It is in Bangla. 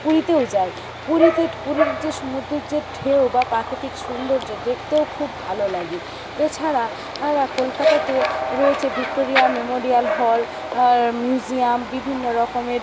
পুরীতেও যায় পুরীতে পুরীর যে সমুদ্রের যে ঢেউ বা প্রাকিতিক সুন্দর্য দেখতেও খুব ভাল লাগে এছাড়া কলকাতাতে রয়েছে ভিক্টোরিয়া মেমোরিয়াল হল মিউজিয়াম বিভিন্ন রকমের